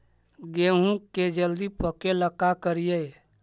गेहूं के जल्दी पके ल का करियै?